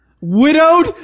Widowed